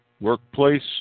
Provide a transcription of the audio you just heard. workplace